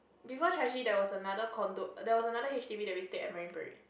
before Chai-Chee there was another con there was another H_D_B which we stayed at Marine-Parade